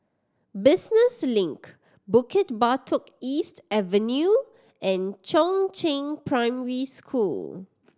Business Link Bukit Batok East Avenue and Chongzheng Primary School